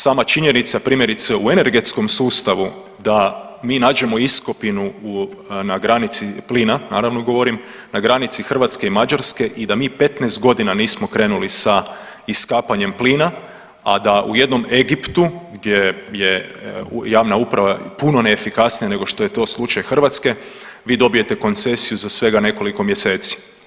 Sama činjenica primjerice u energetskom sustavu da mi nađemo iskopinu u, na granici plina naravno govorim, na granici Hrvatske i Mađarske i da mi 15 godina nismo krenuli sa iskapanjem plina, a da u jednom Egiptu gdje je javna uprava puno ne efikasnija nego što je to slučaj Hrvatske vi dobijete koncesiju za svega nekoliko mjeseci.